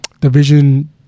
Division